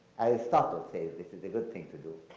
aristotle says this is a good thing to do.